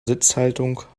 sitzhaltung